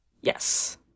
Yes